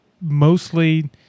mostly